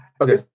okay